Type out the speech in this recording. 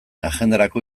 agendarako